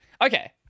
Okay